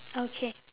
okay